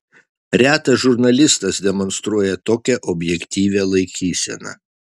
retas žurnalistas demonstruoja tokią objektyvią laikyseną